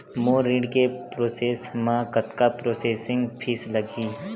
मोर ऋण के प्रोसेस म कतका प्रोसेसिंग फीस लगही?